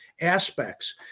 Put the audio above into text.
aspects